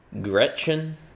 Gretchen